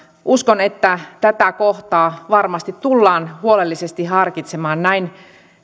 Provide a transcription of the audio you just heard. uskon että tätä kohtaa varmasti tullaan huolellisesti harkitsemaan näin